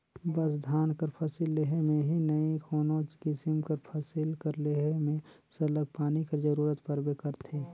बस धान कर फसिल लेहे में ही नई कोनोच किसिम कर फसिल कर लेहे में सरलग पानी कर जरूरत परबे करथे